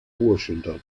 washington